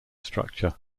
structure